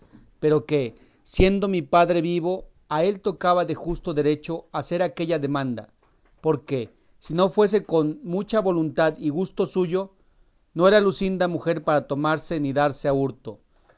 pero que siendo mi padre vivo a él tocaba de justo derecho hacer aquella demanda porque si no fuese con mucha voluntad y gusto suyo no era luscinda mujer para tomarse ni darse a hurto